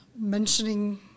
mentioning